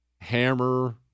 hammer